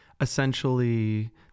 essentially